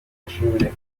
mashuri